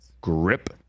grip